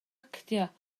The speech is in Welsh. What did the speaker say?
actio